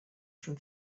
from